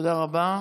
תודה רבה.